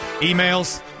Emails